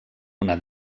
una